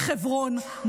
מחברון,